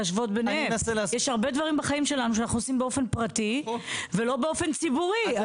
יש הרבה דברים בחיים שלנו שאנחנו עושים באופן פרטי ולא באופן ציבורי.